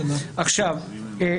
אדוני היושב-ראש.